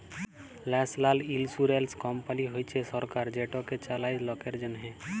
national insurance company হছে সরকার যেটকে চালায় লকের জ্যনহে